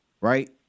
right